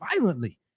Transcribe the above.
violently